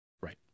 right